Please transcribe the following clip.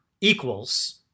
equals